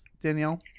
Danielle